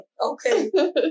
Okay